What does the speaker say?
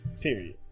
period